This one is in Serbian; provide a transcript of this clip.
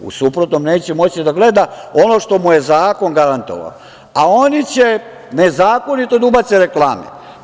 U suprotnom neće moći da gleda ono što mu je zakon garantovao, a oni će nezakonito da ubace reklame.